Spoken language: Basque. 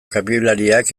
kamioilariak